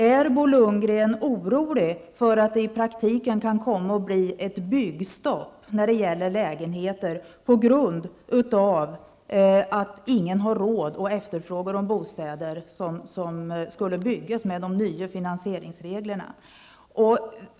Är Bo Lundgren orolig för att det i praktiken kan komma att bli ett byggstopp när det gäller lägenheter på grund av att ingen har råd att efterfråga de bostäder som skulle byggas med de nya finansieringsreglerna?